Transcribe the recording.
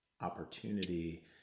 opportunity